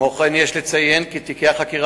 כנסת נכבדה,